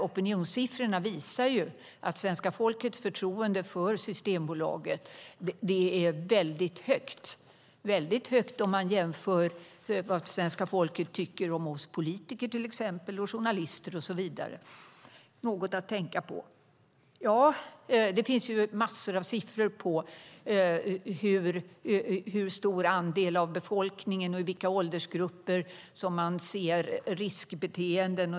Opinionssiffrorna visar att svenska folkets förtroende för Systembolaget är väldigt stort, väldigt stort jämfört med vad svenska folket tycker om till exempel oss politiker eller journalister - något att tänka på. Det finns massor av siffror på i hur stor andel av befolkningen och i vilka åldersgrupper som man ser riskbeteenden.